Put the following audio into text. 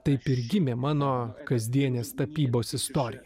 taip ir gimė mano kasdienės tapybos istorija